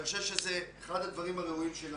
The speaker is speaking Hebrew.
זה היה פה בוועדה אני חושב שזה אחד הדברים הראויים שנעשו.